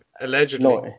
Allegedly